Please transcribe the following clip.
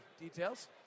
details